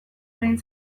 egin